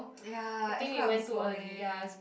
ya F club is boring